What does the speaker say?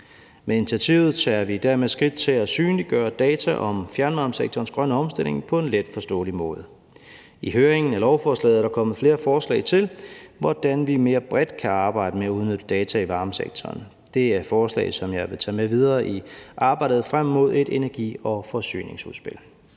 Med initiativet tager vi dermed skridt til at synliggøre data om fjernvarmesektorens grønne omstilling på en let forståelig måde. I høringen af lovforslaget er der kommet flere forslag til, hvordan vi mere bredt kan arbejde med at udnytte data i varmesektoren. Det er forslag, som jeg vil tage med videre i arbejdet frem mod et energi- og forsyningsudspil.